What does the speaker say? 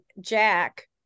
Jack